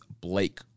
Blake